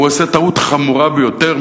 הוא עושה טעות חמורה ביותר,